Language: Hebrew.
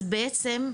אז בעצם,